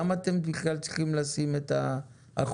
למה אתם בכלל צריכים לשים את האחוזים?